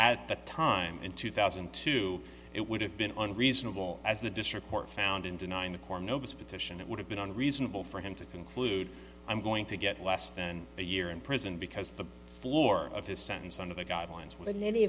at that time in two thousand and two it would have been unreasonable as the district court found in denying the core notice petition it would have been reasonable for him to conclude i'm going to get less than a year in prison because the floor of his sentence under the guidelines